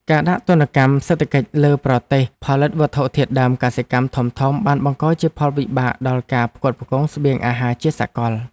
ការដាក់ទណ្ឌកម្មសេដ្ឋកិច្ចលើប្រទេសផលិតវត្ថុធាតុដើមកសិកម្មធំៗបានបង្កជាផលវិបាកដល់ការផ្គត់ផ្គង់ស្បៀងអាហារជាសកល។